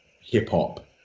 hip-hop